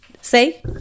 Say